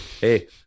hey